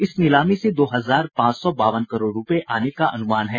इस नीलामी से दो हजार पांच सौ चौवन करोड़ रूपये आने का अनुमान है